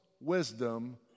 wisdom